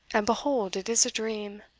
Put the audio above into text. and behold it is a dream!